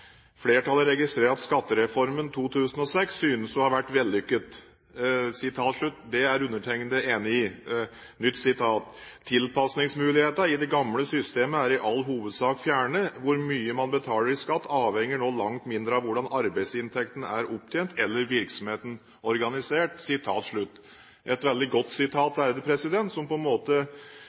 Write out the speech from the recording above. registrerer at Skattereformen 2006 synes å ha vært vellykket.» – Det er undertegnede enig i. – «Tilpasningsmulighetene i det gamle systemet er i all hovedsak fjernet. Hvor mye man betaler i skatt, avhenger nå langt mindre av hvordan arbeidsinntekten er opptjent eller virksomheten organisert.» Dette er et veldig godt sitat, som på en måte